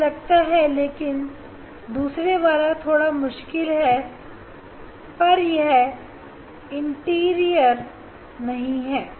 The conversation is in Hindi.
मुझे लगता है दूसरा वाला थोड़ा मुश्किल है पर यह इंटीरियर नहीं है